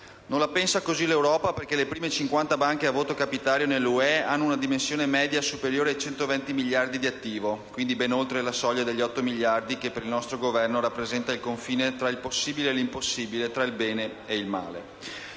Non la pensa così l'Europa, perché le prime 50 banche a voto capitario nell'Unione europea hanno una dimensione media superiore ai 120 miliardi di euro di attivo e, quindi, ben oltre la soglia degli 8 miliardi di euro, che per il nostro Governo rappresenta il confine tra il possibile e l'impossibile, tra il bene e il male.